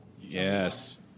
Yes